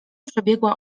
przebiegła